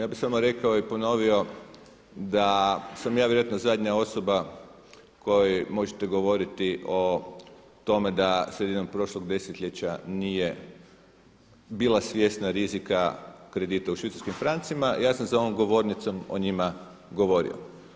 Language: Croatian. Ja bih samo rekao i ponovio da sam ja vjerojatno zadnja osoba kojoj možete govoriti o tome da sredinom prošlog desetljeća nije bila svjesna rizika kredita u švicarskim francima, ja sam za ovom govornicom o njima govorio.